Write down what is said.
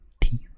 teeth